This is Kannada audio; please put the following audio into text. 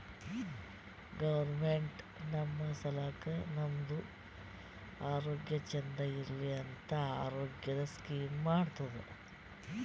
ಗೌರ್ಮೆಂಟ್ ನಮ್ ಸಲಾಕ್ ನಮ್ದು ಆರೋಗ್ಯ ಚಂದ್ ಇರ್ಲಿ ಅಂತ ಆರೋಗ್ಯದ್ ಸ್ಕೀಮ್ ಮಾಡ್ತುದ್